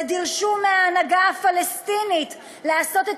ודרשו מההנהגה הפלסטינית לעשות את